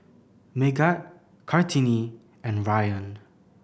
Megat Kartini and Ryan